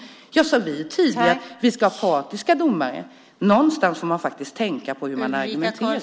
Ja, sade vi tidigare att vi ska ha partiska domare? Någonstans får man faktiskt tänka på hur man argumenterar.